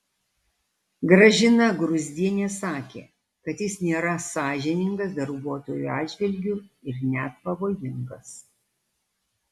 gražina gruzdienė sakė kad jis nėra sąžiningas darbuotojų atžvilgiu ir net pavojingas